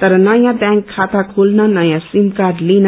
तर नयाँ व्याक खाता खोल्न नयाँ सिमकार्ड लिन